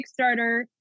Kickstarter